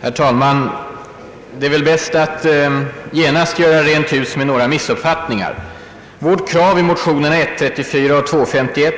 Herr talman! Det är bäst att genast göra rent hus med några missuppfattningar. Vårt krav i motionerna I: 34 och II: 51